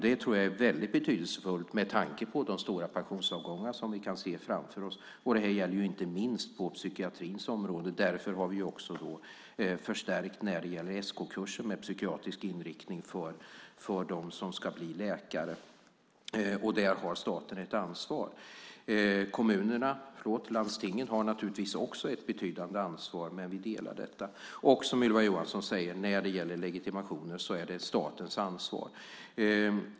Det tror jag är väldigt betydelsefullt med tanke på de stora pensionsavgångar som vi kan se framför oss. Det gäller ju inte minst på psykiatrins område. Därför har vi också förstärkt när det gäller SK-kurser med psykiatrisk inriktning för dem som ska bli läkare. Där har staten ett ansvar. Landstingen har naturligtvis också ett betydande ansvar, men vi delar detta. Och, som Ylva Johansson säger, när det gäller legitimationer är det statens ansvar.